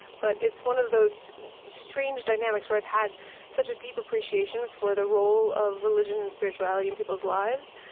but it's one of those strange dynamics where i've had such a deep appreciation for the role of religion and spirituality in people's lives,